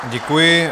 Děkuji.